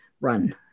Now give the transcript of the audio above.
run